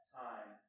time